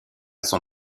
son